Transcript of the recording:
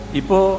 ipo